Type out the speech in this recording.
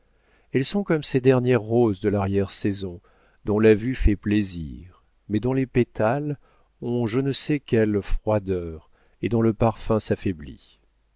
elles sont comme ces dernières roses de l'arrière-saison dont la vue fait plaisir mais dont les pétales ont je ne sais quelle froideur et dont le parfum s'affaiblit